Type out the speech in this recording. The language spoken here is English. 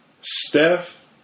Steph